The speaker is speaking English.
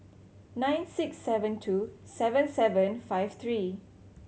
nine six seven two seven seven five three